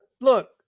look